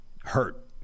hurt